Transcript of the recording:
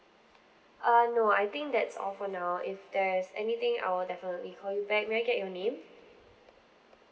uh no I think that's all for now if there's anything I will definitely call you back may I get your name